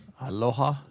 aloha